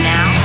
Now